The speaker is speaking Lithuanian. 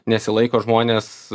nesilaiko žmonės